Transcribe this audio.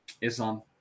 Islam